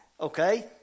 Okay